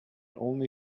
only